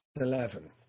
Eleven